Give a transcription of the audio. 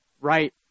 right